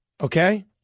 Okay